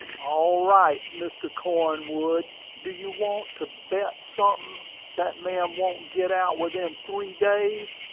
all right, mr. cornwood. do you want to bet sunthin' that man won't git out within three days?